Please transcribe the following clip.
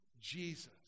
Jesus